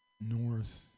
north